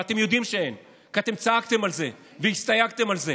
ואתם יודעים שאין, כי אתם צעקתם על זה